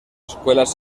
escuelas